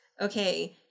okay